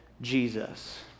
Jesus